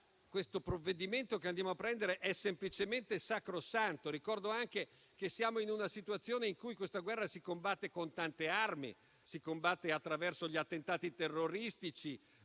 Il provvedimento che stiamo per votare è quindi semplicemente sacrosanto. Ricordo anche che siamo in una situazione in cui la guerra si combatte con tante armi, attraverso gli attentati terroristici